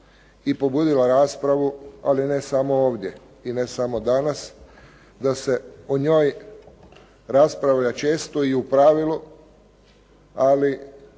i pobudila raspravu, ali ne samo ovdje i ne samo danas, da se o njoj raspravlja često i u pravilu. Ali